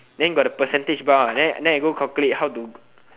then got the percentage bar then then I go calculate how to